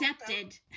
accepted